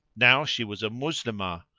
now she was a moslemah,